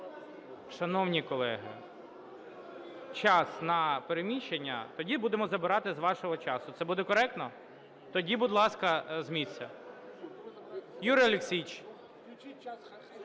Шановні колеги… Час на переміщення тоді будемо забирати з вашого часу, це буде коректно? Тоді, будь ласка, з місця. Юрій Олексійович!